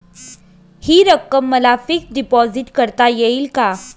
हि रक्कम मला फिक्स डिपॉझिट करता येईल का?